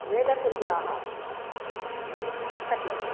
वेदतुल्ये इति कथ्येते